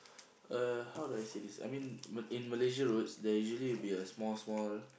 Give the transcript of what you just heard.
uh how do I say this I mean in in Malaysia roads there usually be a small small